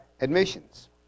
admissions